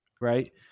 right